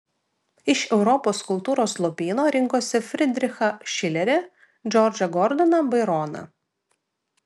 iš europos kultūros lobyno rinkosi fridrichą šilerį džordžą gordoną baironą